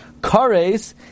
Kares